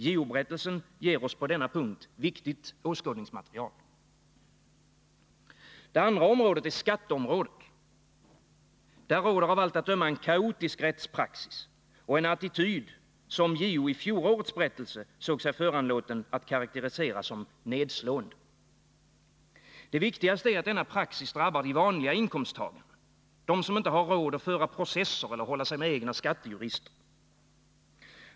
JO-berättelsen ger oss på denna punkt viktigt åskådningsmaterial. Det andra området är skatteområdet. Där råder av allt att döma en kaotisk rättspraxis och en attityd som JO i fjorårets berättelse såg sig föranlåten att karakterisera som ”nedslående”. Det viktigaste är att denna praxis drabbar de vanliga inkomsttagarna, de som inte har råd att föra processer eller hålla sig med egna skattejurister.